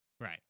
Right